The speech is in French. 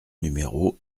numéro